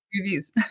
reviews